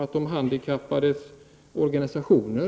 om de handikappades organisationer.